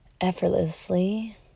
Effortlessly